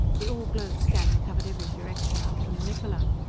the all-globe scanning covered every direction out from the niccola.